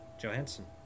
Johansson